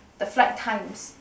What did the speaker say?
the flight times